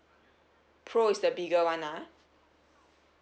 pro is the bigger [one] ah